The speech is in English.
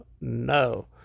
no